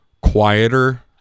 quieter